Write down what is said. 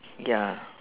ya